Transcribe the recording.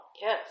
yes